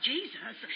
Jesus